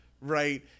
right